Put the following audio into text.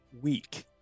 week